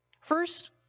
First